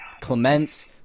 Clements